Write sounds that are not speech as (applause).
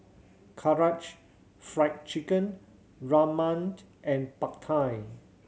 Karaage Fried Chicken (unintelligible) and Pad Thai